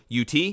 UT